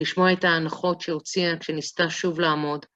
לשמוע את האנחות שהוציאה כשנסתה שוב לעמוד.